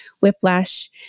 whiplash